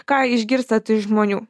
ką išgirstat iš žmonių